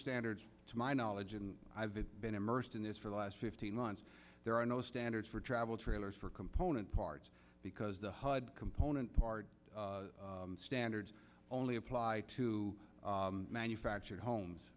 standards to my knowledge and i've been immersed in this for the last fifteen months there are no standards for travel trailers for component parts because the hud component parts standards only apply to manufactured homes